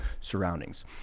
surroundings